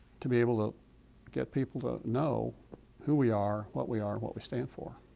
to be able to get people to know who we are, what we are, what we stand for.